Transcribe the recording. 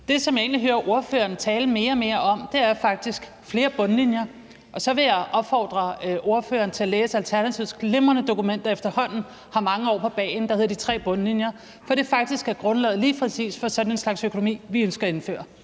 Det, som jeg egentlig hører ordføreren tale mere og mere om, er faktisk flere bundlinjer. Og så vil jeg opfordre ordføreren til at læse Alternativets glimrende dokument, der hedder »De Tre Bundlinjer«, der efterhånden har mange år på bagen, for det er faktisk grundlaget for lige præcis sådan en slags økonomi, vi ønsker at indføre.